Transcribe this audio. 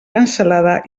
cansalada